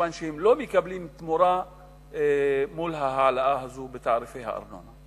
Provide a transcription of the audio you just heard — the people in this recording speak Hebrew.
מכיוון שהם לא מקבלים תמורה מול ההעלאה הזאת בתעריפי הארנונה.